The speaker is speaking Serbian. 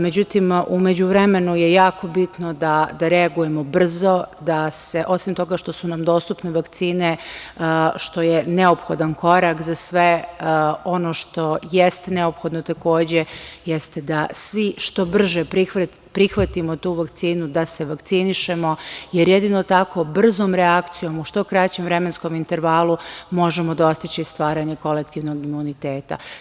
Međutim, u međuvremenu je jako bitno da reagujemo brzo, da se osim toga što su nam dostupne vakcine, što je neophodan korak, za sve ono što jeste neophodno takođe jeste da svi što brže prihvatimo tu vakcinu, da se vakcinišemo jer jedino tako, brzom reakcijom u što kraćem vremenskom intervalu možemo dostići stvaranje kolektivnog imuniteta.